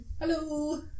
Hello